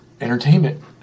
entertainment